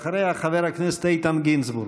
אחריה, חבר הכנסת איתן גינזבורג.